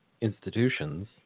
institutions